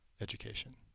education